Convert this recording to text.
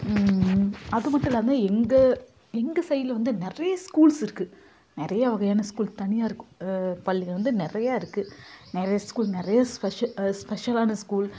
அது மட்டும் இல்லாமல் எங்கள் எங்கள் சைடுல வந்து நிறைய ஸ்கூல்ஸ் இருக்குது நிறைய வகையான ஸ்கூல் தனியார் பள்ளிகள் வந்து நிறைய இருக்குது நிறைய ஸ்கூல் நிறைய ஸ்பெஷ ஸ்பெஷலான ஸ்கூல்